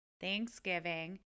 Thanksgiving